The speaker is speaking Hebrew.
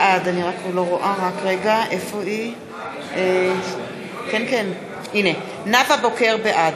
בעד